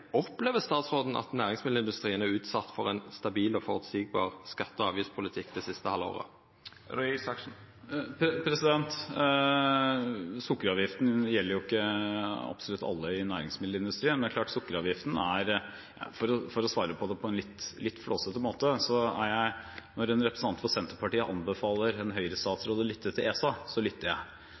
Opplever statsråden at næringsmiddelindustrien er utsett for ein stabil og føreseieleg skatte- og avgiftspolitikk det siste halve året? Sukkeravgiften gjelder ikke absolutt alle i næringsmiddelindustrien. For å svare på en litt flåsete måte: Når en representant for Senterpartiet anbefaler en Høyre-statsråd å lytte til ESA, lytter jeg.